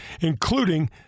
including